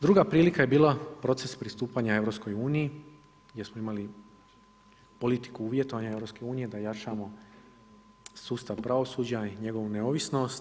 Druga prilika je bila proces pristupanja EU gdje smo imali politiku uvjetovanja EU da jačamo sustav pravosuđa i njegovu neovisnost.